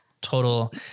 total